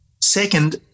Second